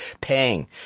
paying